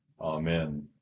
Amen